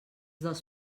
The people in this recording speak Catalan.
dels